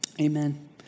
amen